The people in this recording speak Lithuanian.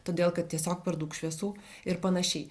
todėl kad tiesiog per daug šviesų ir panašiai